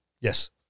Yes